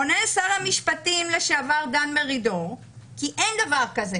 עונה שר המשפטים לשעבר דן מרידור כי אין דבר כזה,